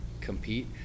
compete